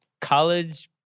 college